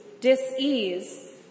dis-ease